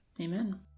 Amen